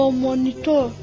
monitor